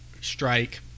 strike